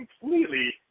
completely